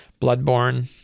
Bloodborne